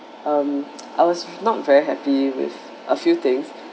um I was not very happy with a few things